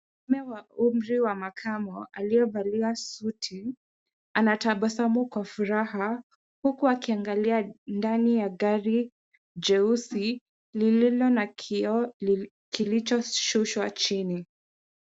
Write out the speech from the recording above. Mwanaume wa umri wa makamo, aliyevalia suti. Anatabasamu kwa furaha, huku akiangalia ndani ya gari jeusi, lililo na kioo kilichoshushwa chini.